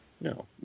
No